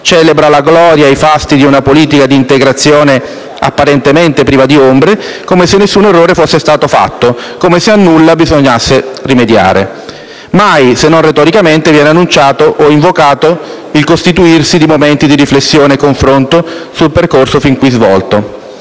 Celebra la gloria e i fasti di una politica di integrazione apparentemente priva di ombre, come se nessun errore fosse stato fatto, come se a nulla bisognasse rimediare. Mai, se non retoricamente, viene annunciato o invocato il costituirsi di momenti di riflessione e confronto sul percorso fin qui svolto,